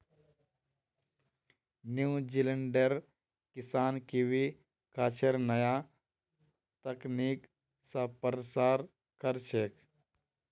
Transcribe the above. न्यूजीलैंडेर किसान कीवी गाछेर नया तकनीक स प्रसार कर छेक